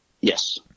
Yes